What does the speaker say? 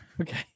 Okay